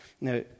Now